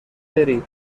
بری